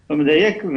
לא אדייק.